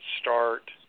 start